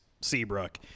Seabrook